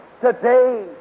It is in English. today